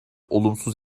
olumsuz